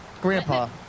Grandpa